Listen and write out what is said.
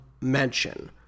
mention